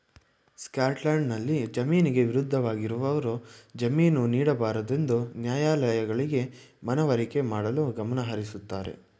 ಸ್ಕಾಟ್ಲ್ಯಾಂಡ್ನಲ್ಲಿ ಜಾಮೀನಿಗೆ ವಿರುದ್ಧವಾಗಿರುವವರು ಜಾಮೀನು ನೀಡಬಾರದುಎಂದು ನ್ಯಾಯಾಲಯಗಳಿಗೆ ಮನವರಿಕೆ ಮಾಡಲು ಗಮನಹರಿಸುತ್ತಾರೆ